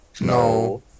no